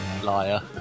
Liar